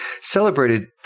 celebrated